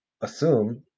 assume